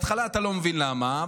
בהתחלה אתה לא מבין למה,